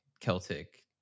Celtic